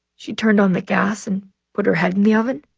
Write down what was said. she turned on the gas and put her head in the oven.